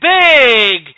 big